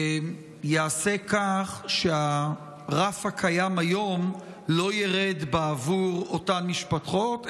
ייעשה כך שהרף הקיים היום לא ירד בעבור אותן משפחות,